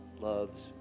loves